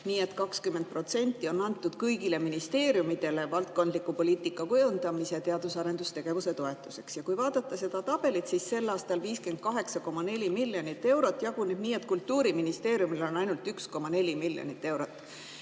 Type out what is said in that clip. Nii et 20% on antud kõigile ministeeriumidele valdkondliku poliitika kujundamise ning teadus- ja arendustegevuse toetuseks. Kui vaadata seda tabelit, siis sel aastal jaguneb 58,4 miljonit eurot nii, et Kultuuriministeeriumil on ainult 1,4 miljonit eurot.